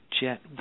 jet